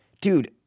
dude